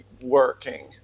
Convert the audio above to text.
working